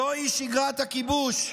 זוהי שגרת הכיבוש: